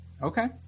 Okay